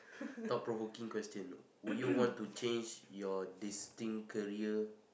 thought-provoking question would you want to change your distinct career